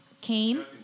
Came